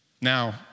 Now